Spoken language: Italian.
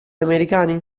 americani